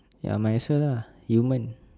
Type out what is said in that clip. ya might as well lah yumen